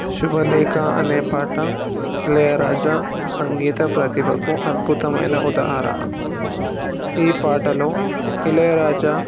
శుభలేఖ అనే పాట ఇళయరాజా సంగీత ప్రతిభకు అద్భుతమైన ఉదాహరణ ఈ పాటలో ఇళయరాజా